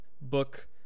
book